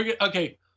Okay